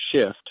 shift